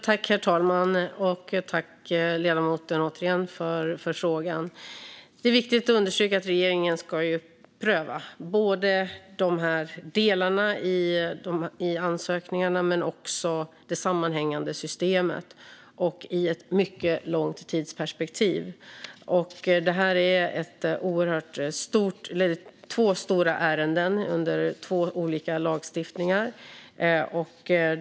Herr talman! Tack, ledamoten, återigen för frågan! Det är viktigt att understryka att regeringen ska pröva både delarna i ansökningarna och det sammanhängande systemet och i ett mycket långt tidsperspektiv. Det här är två stora ärenden under två olika lagstiftningar.